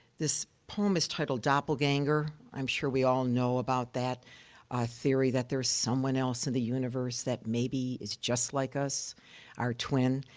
this poem is titled doppelganger. i'm sure we all know about that ah theory that there's someone else in the universe that maybe is just like us our twin.